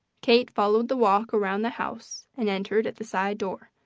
kate followed the walk around the house and entered at the side door,